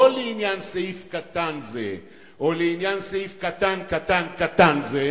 לא לעניין סעיף קטן זה או לעניין קטן קטן קטן זה,